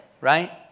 right